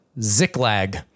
Ziklag